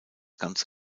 ganze